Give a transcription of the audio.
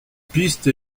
piste